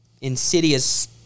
insidious